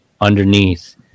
underneath